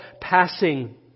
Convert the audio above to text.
passing